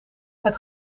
het